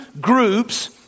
groups